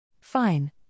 Fine